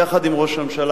יחד עם ראש הממשלה,